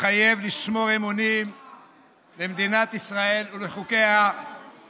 מתחייב לשמור אמונים למדינת ישראל ולחוקיה, בושה.